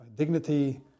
Dignity